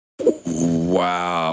Wow